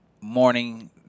morning